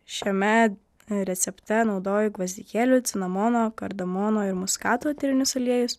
šiame recepte naudoju gvazdikėlių cinamono kardamono ir muskato eterinius aliejus